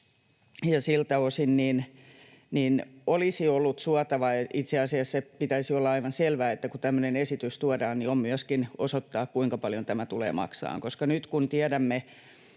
siltä osin olisi ollut suotavaa — ja itse asiassa sen pitäisi olla aivan selvää, kun tämmöinen esitys tuodaan — myöskin osoittaa, kuinka paljon tämä tulee maksamaan.